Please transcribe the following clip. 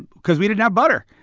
because we didn't have butter.